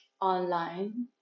online